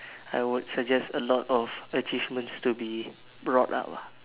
I would suggest a lot of achievements to be brought up lah